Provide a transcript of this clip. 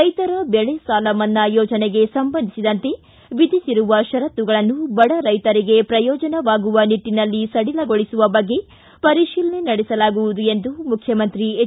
ರೈತರ ಬೆಳೆ ಸಾಲ ಮನ್ನಾ ಯೋಜನೆಗೆ ಸಂಬಂಧಿಸಿದಂತೆ ವಿಧಿಸಿರುವ ಷರತ್ತುಗಳನ್ನು ಬಡ ರೈತರಿಗೆ ಪ್ರಯೋಜನವಾಗುವ ನಿಟ್ಟನಲ್ಲಿ ಸಡಿಲಗೊಳಿಸುವ ಬಗ್ಗೆ ಪರಿಶೀಲನೆ ನಡೆಸಲಾಗುವುದು ಎಂದು ಮುಖ್ಯಮಂತ್ರಿ ಎಚ್